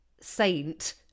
Saint